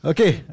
Okay